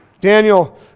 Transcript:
Daniel